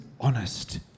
honest